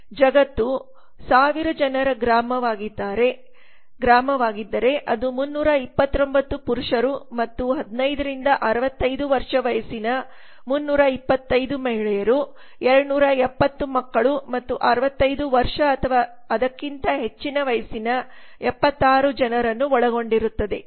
ಜಗತ್ತು 1000 ಜನರ ಗ್ರಾಮವಾಗಿದ್ದರೆ ಅದು 329 ಪುರುಷರು ಮತ್ತು 15 ರಿಂದ 65 ವರ್ಷ ವಯಸ್ಸಿನ 325 ಮಹಿಳೆಯರು 270 ಮಕ್ಕಳು ಮತ್ತು 65 ವರ್ಷ ಅಥವಾ ಅದಕ್ಕಿಂತ ಹೆಚ್ಚಿನ ವಯಸ್ಸಿನ 76 ಜನರನ್ನು ಒಳಗೊಂಡಿರುತ್ತದೆ